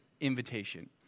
invitation